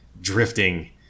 Drifting